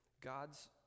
God's